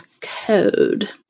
code